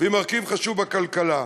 והיא מרכיב חשוב בכלכלה.